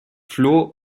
floh